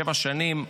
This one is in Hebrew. שבע שנים,